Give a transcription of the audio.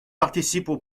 participent